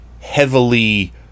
heavily